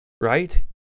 right